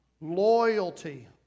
Loyalty